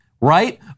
Right